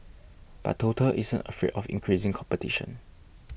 but total isn't afraid of increasing competition